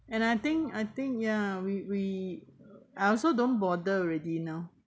and I think I think ya we we I also don't bother already now